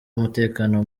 umutekano